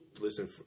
listen